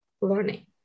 learning